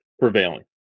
prevailing